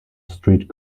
street